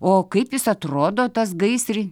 o kaip jis atrodo tas gaisri